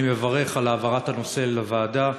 אני מברך על העברת הנושא לוועדה.